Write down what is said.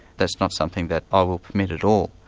that's not something that i will permit at all.